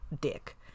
dick